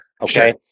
Okay